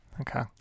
Okay